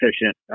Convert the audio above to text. efficient